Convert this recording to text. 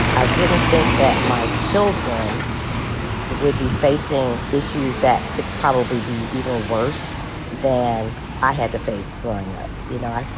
i didn't think that my children would be facing issues that could probably be even worse than i had to face growing up. you know,